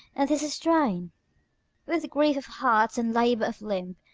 and this is twain, with grief of heart and labour of limb.